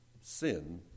sin